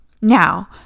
Now